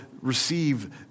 receive